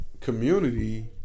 community